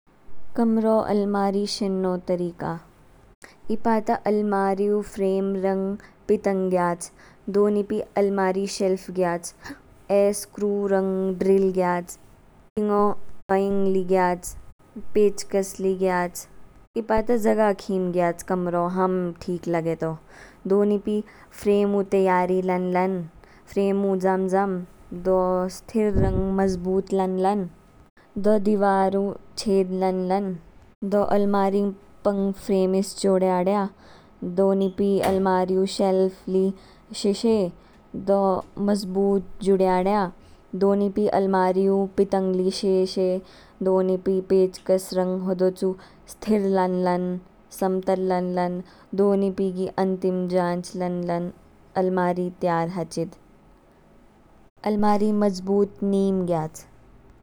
कमरो अलमारी शेन्नो तरीका, ईपा ता अलमारियु फरेम, रंग, पीतंग गयाच। दो नीपी अलमारी शेलफ गयाच, ए स्क्रु रंग ढरील गयाच, डोइंग ली ग्याच, पेचकस ली ग्याच इपा ता जागा खीम ग्याच कमरो हाम ठीक लागेतो। दो नीपी फ्रेमो तयारी लान लान फ्रेमु जाम जाम दो स्थीर रंग मजबुत लान लान, दो दीवारू छेद लान लान, दो अरमाली पंग फरेमीस जोड्याड्या। दो नीपी अलमारीयु शेलफ ली शे शे, दो मजबुत जुड्याड्या। दो नीपी अलमारीयु पीतंग ली शे शे, दो नीपी पेचकस रंग होदो चु स्थीर लान लान समतल लान लान, दो नीपी गी अन्तीम जांच लान लान अलमारी तयार हाचेद, अलमारी मजबूत नीम ग्याच।